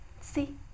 See